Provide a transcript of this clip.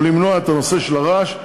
או למנוע את הנושא של הרעש,